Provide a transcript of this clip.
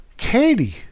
katie